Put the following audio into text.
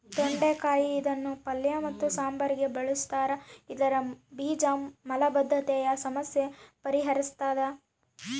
ತೊಂಡೆಕಾಯಿ ಇದನ್ನು ಪಲ್ಯ ಮತ್ತು ಸಾಂಬಾರಿಗೆ ಬಳುಸ್ತಾರ ಇದರ ಬೀಜ ಮಲಬದ್ಧತೆಯ ಸಮಸ್ಯೆ ಪರಿಹರಿಸ್ತಾದ